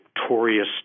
victorious